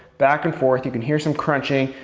back and forth. you can hear some crunching.